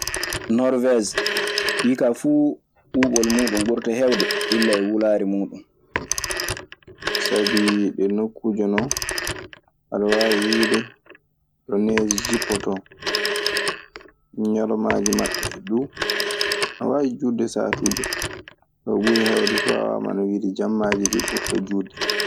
Norwege ɗi ka fu ɓubol mun dun ɓurata hewde, illa e wulare mudum. Sabi ɗe nokkuuje non, aɗe waawi wiide ɗo nees jippotoo. Ñalawmaaji maɓɓe duu, ana waawi juutde saatuuje. Kaa, ko ɓuri heewde fuu, wiide jammaaji ɗii ɓurata juutde.